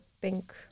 pink